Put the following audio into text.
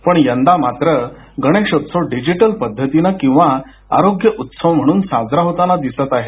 पण यंदा मात्र गणेशोत्सव डिजिटल पद्धतीनं किंवा आरोग्यउत्सव म्हणून साजरा होताना दिसत आहे